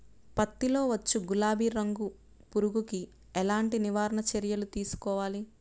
పత్తిలో వచ్చు గులాబీ రంగు పురుగుకి ఎలాంటి నివారణ చర్యలు తీసుకోవాలి?